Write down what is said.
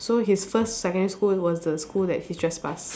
so his first secondary school was the school that he trespass